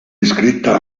iscritta